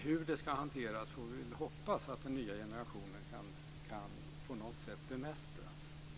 Hur den ska hanteras får vi väl hoppas att den nya generation på något sätt kan bemästra.